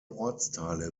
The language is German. ortsteile